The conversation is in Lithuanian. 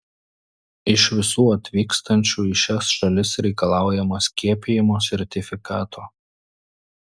iš visų atvykstančių į šias šalis reikalaujama skiepijimo sertifikato